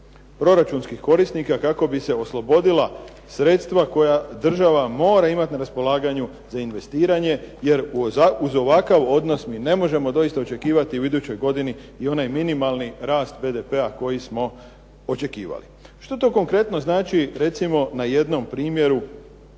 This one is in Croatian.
proračunskih korisnika kako bi se oslobodila sredstva koja država mora imati na raspolaganju za investiranje, jer uz ovakav odnos mi ne možemo doista očekivati u idućoj godini i onaj minimalni rast BDP-a koji smo očekivali. Što to konkretno znači recimo na jednom primjeru